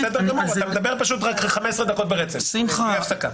אתה מדבר 15 דקות ברצף, בלי הפסקה.